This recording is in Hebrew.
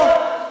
פה,